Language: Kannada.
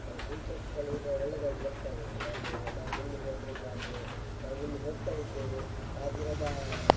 ಫ್ಯೂಚರ್ಸ್ಗಳೀಗ ಒಳ್ಳೆದಾಗಿ ಬರ್ತಾ ಉಂಟು ನಾನೇ ನಾವು ಎಲ್ಲಿ ಹೋದರೂ ಅಂದರೆ ನಾವು ಎಲ್ಲಿ ಹೋಗ್ತಾ ಇದ್ದೇವೆ ಆ ದಿನದ